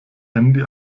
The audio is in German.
handy